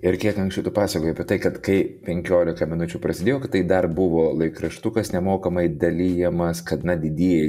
ir kiek anksčiau tu pasakojai apie tai kad kai penkiolika minučių prasidėjo tai dar buvo laikraštukas nemokamai dalijamas kad na didieji